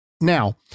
Now